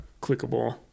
clickable